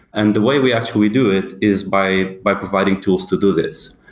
and the way we actually do it is by by providing tools to do this.